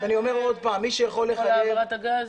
כבר חייבנו.